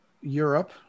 europe